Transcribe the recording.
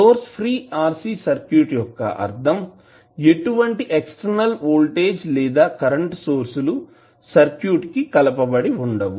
source free RC circuit యొక్క అర్థం ఎటువంటి ఎక్స్టర్నల్ వోల్టేజ్ లేదా కరెంటు సోర్స్ లు సర్క్యూట్ కి కలపబడి వుండవు